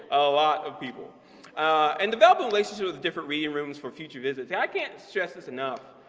a lot of people and developed a relationship with different reading rooms for future visits. i can't stress this enough,